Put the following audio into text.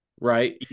right